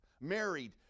married